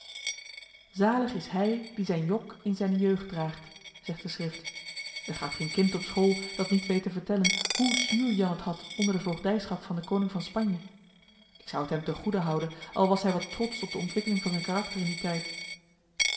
zalig is hij die zijn jok in zijne jeugd draagt zegt de chrift er gaat geen kind op school dat niet weet te vertellen hoe zuur jan het had onder de voogdijschap van den koning van spanje ik zou het hem ten goede houden al was hij wat trotsch op de ontwikkeling van zijn karakter in dien tijd